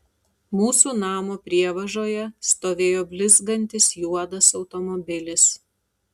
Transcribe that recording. mūsų namo prievažoje stovėjo blizgantis juodas automobilis